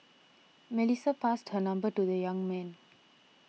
Melissa passed her number to the young man